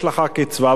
יש לך קצבה,